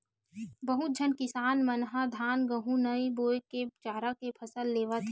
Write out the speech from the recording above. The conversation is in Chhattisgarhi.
बहुत झन किसान मन ह धान, गहूँ नइ बो के चारा के फसल लेवत हे